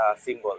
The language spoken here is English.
symbol